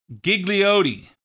Gigliotti